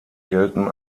gelten